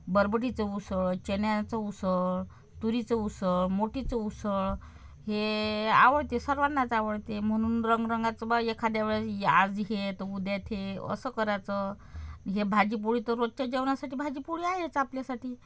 बरबोडीचं उसळ चण्याचं उसळ तुरीचं उसळ मोठीचं उसळ हे आवडते सर्वांनाच आवडते म्हणून रंगरंगाचं बा एखाद्यावेळी आज हे तर उद्या ते असं करायचं हे भाजी पोळी तर रोजच्या जेवणासाठी भाजी पोळी आहेच आपल्यासाठी